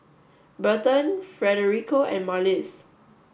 Berton Federico and Marlys